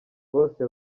bose